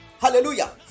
Hallelujah